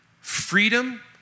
freedom